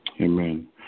Amen